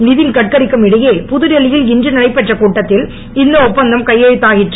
நீத்தின் கட்கரி க்கும் இடையே புதுடெல்லியில் இன்று நடைபெற்ற கூட்டத்தில் இந்த ஒப்பந்தம் கையெழுத்தாகிற்று